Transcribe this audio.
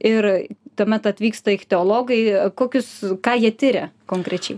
ir tuomet atvyksta ichtiologai kokius ką jie tiria konkrečiai